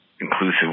inclusive